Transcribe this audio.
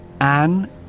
Anne